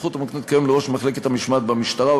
סמכות המוקנית כיום לראש מחלקת המשמעת במשטרה,